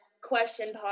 question